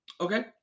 Okay